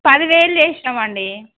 పదివేలు చేసినాం అండి